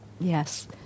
Yes